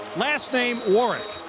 last name warrick.